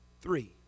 three